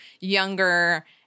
younger